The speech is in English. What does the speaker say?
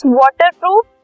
waterproof